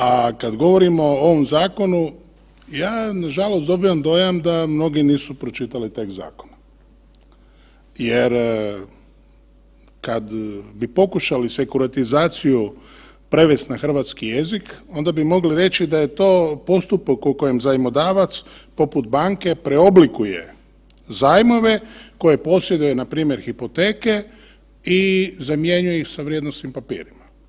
A kad govorimo o ovom zakonu, ja nažalost dobivam dojam da mnogi nisu pročitali tekst zakona jer kad bi pokušali sekuritizaciju prevest na hrvatski jezik onda bi mogli reći da je to postupak u kojem zajmodavac poput banke preoblikuje zajmove koje posjeduje npr. hipoteke i zamjenjuju ih sa vrijednosnim papirima.